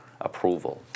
approval